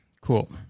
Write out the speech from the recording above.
Cool